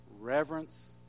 reverence